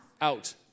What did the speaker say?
out